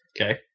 okay